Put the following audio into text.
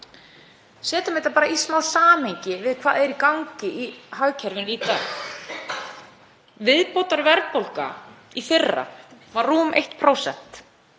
Setjum þetta bara í smá samhengi við hvað er í gangi í hagkerfinu í dag. Viðbótarverðbólga í fyrra var rúmt 1%,